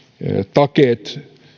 takeet